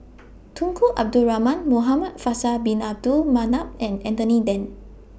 Tunku Abdul Rahman Muhamad Faisal Bin Abdul Manap and Anthony Then